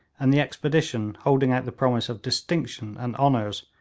and the expedition, holding out the promise of distinction and honours,